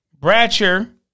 Bratcher